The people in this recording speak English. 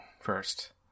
first